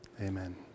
Amen